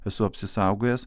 esu apsisaugojęs